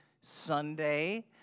Sunday